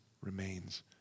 remains